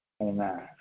Amen